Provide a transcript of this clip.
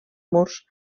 murs